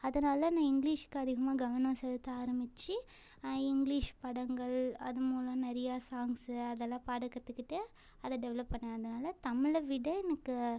அதனால் நான் இங்கிலீஷ்க்கு அதிகமாக கவனம் செலுத்த ஆரமிச்சு இங்கிலீஷ் படங்கள் அது மூலம் நிறையா சாங்ஸ்ஸு அதெல்லாம் பாட கற்றுக்கிட்டு அத டெவெலப் பண்ணதுனால தமிழை விட எனக்கு